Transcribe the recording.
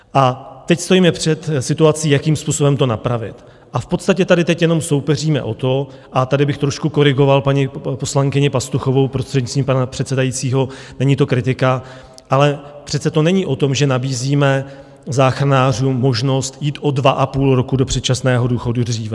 A teď stojíme před situací, jakým způsobem to napravit, a v podstatě tady teď jenom soupeříme o to a tady bych trošku korigoval paní poslankyni Pastuchovou, prostřednictvím pana předsedajícího není to kritika, ale přece to není o tom, že nabízíme záchranářům možnost jít o 2,5 roku do předčasného důchodu dříve.